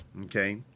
okay